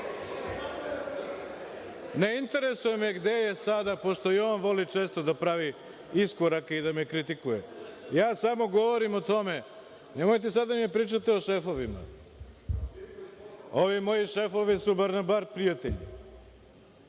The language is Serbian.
Ne interesuje me gde je sada, pošto i on voli često da pravi iskorake i da me kritikuje. Samo govorim o tome, nemojte sada da mi pričate o šefovima. Ovi moji šefovi su nam bar prijatelji